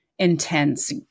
intense